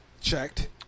checked